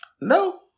No